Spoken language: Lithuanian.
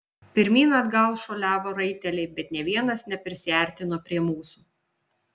pirmyn atgal šuoliavo raiteliai bet nė vienas neprisiartino prie mūsų